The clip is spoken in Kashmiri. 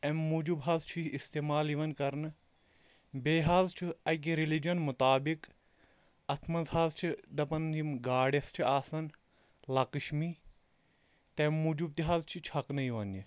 اَمہِ موٗجوٗب حظ چھُ یہِ استعمال یِوان کرنہٕ بیٚیہِ حظ چھُ اَکہِ ریٚلِجن مُطابِق اَتھ منٛز حظ چھِ دَپان یِم گاڈٮ۪س چھِ آسان لکشمی تَمہِ موٗجوٗب تہِ حظ چھِ چھکنہٕ یِوان یہِ